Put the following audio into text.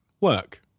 work